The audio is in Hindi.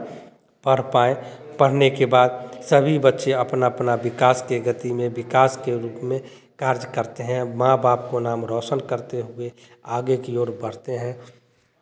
पढ़ पाएँ पढ़ने के बाद सभी बच्चे अपना अपना विकास के गति में विकास के रूप में कार्य करते हैं माँ बाप को नाम रौशन करते हुए आगे की ओर बढ़ते हैं